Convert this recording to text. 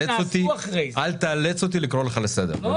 אל תאלץ אותי לקרוא לך לסדר.